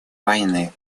войны